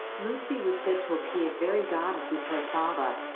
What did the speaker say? lucy was said to appear very guarded with her father,